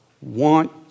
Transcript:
want